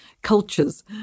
cultures